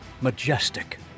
majestic